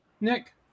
Nick